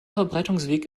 verbreitungsweg